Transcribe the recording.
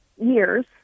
years